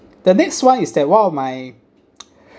the next one is that one of my